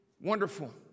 wonderful